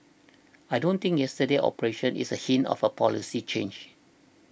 I don't think yesterday's operation is a hint of a policy change